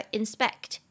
inspect